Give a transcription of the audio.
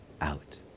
out